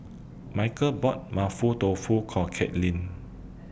Michael bought Mapo Tofu For Katelynn